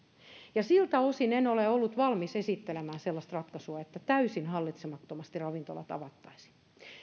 ja siltä osin en ole ollut valmis esittelemään sellaista ratkaisua että täysin hallitsemattomasti ravintolat avattaisiin